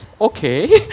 Okay